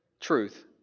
truth